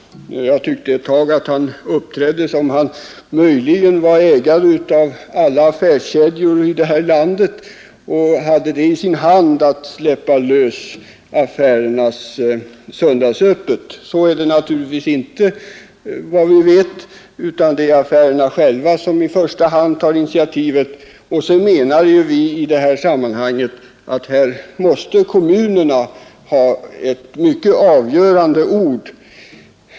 Jag tyckte ett tag att han uppträdde som om han var ägare av alla affärskedjor i det här landet och hade i sin hand att släppa lös affärernas söndagsöppethållande. Så är det naturligtvis inte utan det är affärerna som i första hand tar initiativet, och vi menar att i det här sammanhanget måste kommunerna ha ett mycket avgörande ord.